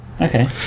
Okay